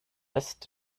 ist